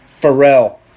Pharrell